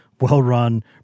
well-run